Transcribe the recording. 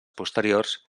posteriors